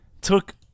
took